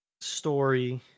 Story